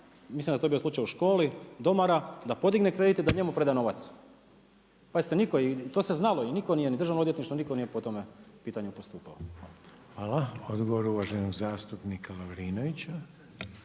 mislim da je to bio slučaj u školi, domara da podigne kredit i da njemu opreda novac, pazite, to se znalo i nitko nije, ni Državno odvjetništvo, nitko nije po tom pitanju postupao. **Reiner, Željko (HDZ)** Hvala. Odgovor uvaženog zastupnika Lovrinovića.